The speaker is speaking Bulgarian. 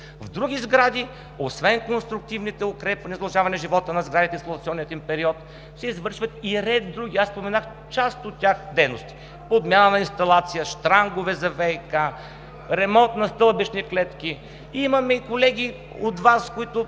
В други сгради освен конструктивните укрепвания за удължаване живота на сградите и експлоатационния им период се извършват и ред други. Аз споменах част от тези дейности: подмяна на инсталация, щрангове за ВиК, ремонт на стълбищни клетки. Имаме и колеги от Вас, които